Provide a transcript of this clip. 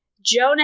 Jonah